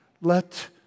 let